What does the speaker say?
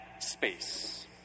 space